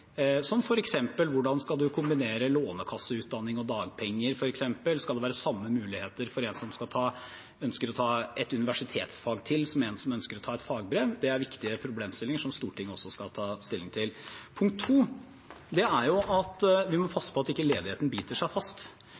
som f.eks. hvordan en skal kombinere Lånekasse-utdanning og dagpenger. Skal det være samme muligheter for en som ønsker å ta et universitetsfag til, som en som ønsker å ta et fagbrev? Det er viktige problemstillinger som Stortinget også skal ta stilling til. Det andre punktet er at vi må passe på at ledigheten ikke biter seg fast.